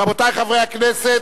רבותי חברי הכנסת,